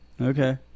Okay